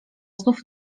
znów